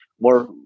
more